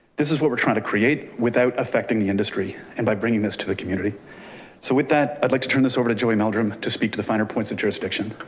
this is what we're trying to create without effecting the industry and by bringing this to the community. so with that, i'd like to turn this over to joy meldrum to speak to the finer points of jurisdiction.